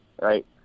right